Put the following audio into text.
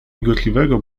migotliwego